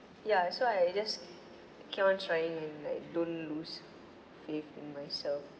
ya so I just keep on trying and like don't lose faith in myself